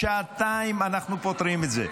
בשעתיים אנחנו פותרים את זה.